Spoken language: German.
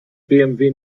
bmw